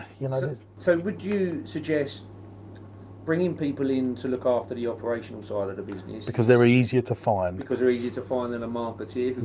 you know there's so would you suggest bringing people in to look after the operational side of the business? because they're easier to find. because their easier to find than a marketeer.